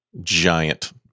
Giant